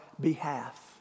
behalf